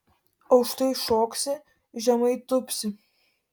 aukštai šoksi žemai tūpsi